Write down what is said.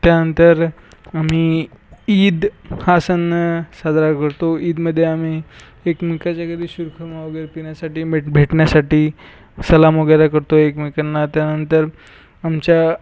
त्यानंतर आम्ही ईद हा सण साजरा करतो ईदमध्ये आम्ही एकमेकांच्या घरी शीरखुर्मा वगैरे पिण्यासाठी भेटण्यासाठी सलाम वगैरे करतो एकमेकांना त्यानंतर आमच्या